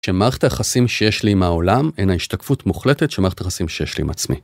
שמערכת היחסים שיש לי עם העולם הינה השתקפות מוחלטת של מערכת היחסים שיש לי עם עצמי.